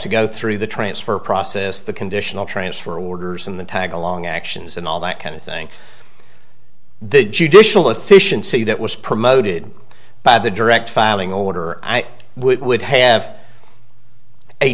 to go through the transfer process the conditional transfer orders and the tagalong actions and all that kind of thing the judicial efficiency that was promoted by the direct filing order i would have a